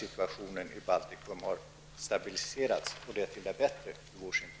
Situationen i Baltikum har som bekant inte stabiliserats.